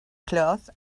cloth